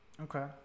okay